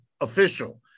official